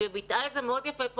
וביטאה את זה מאוד יפה,